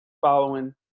following